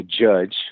judge